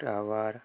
tower